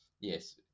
yes